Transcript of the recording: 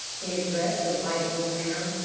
he addressed the white wolf hound.